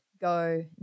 go